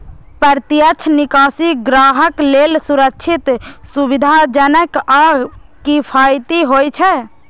प्रत्यक्ष निकासी ग्राहक लेल सुरक्षित, सुविधाजनक आ किफायती होइ छै